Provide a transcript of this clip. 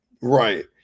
Right